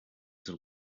z’u